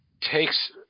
takes